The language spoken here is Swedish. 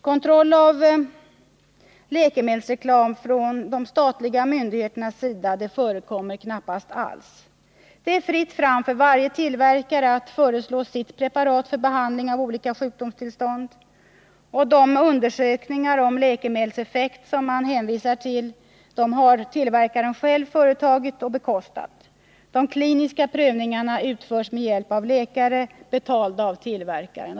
Kontroll av läkemedelsreklamen från de statliga myndigheternas sida förekommer knappast. Det är fritt fram för varje tillverkare att föreslå sitt preparat för behandling av olika sjukdomstillstånd. De undersökningar om läkemedlets effekt som man hänvisar till har tillverkaren själv företagit och bekostat. De kliniska prövningarna utförs med hjälp av läkare, betalda av tillverkaren.